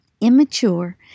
immature